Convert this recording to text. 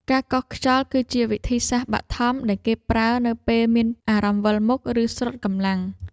ការកោសខ្យល់គឺជាវិធីសាស្ត្របឋមដែលគេប្រើនៅពេលមានអារម្មណ៍វិលមុខ ឬស្រុតកម្លាំង។